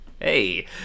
hey